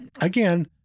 again